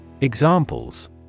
Examples